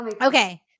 okay